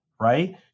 right